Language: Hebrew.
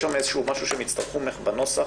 יש משהו שהם יצטרכו ממך בנוסח